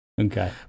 Okay